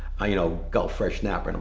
a you know gulf fresh nap. and i'm